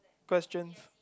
questions